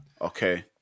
Okay